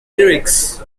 lyrics